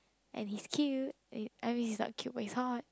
and he's cute and I mean he is not cute but is hot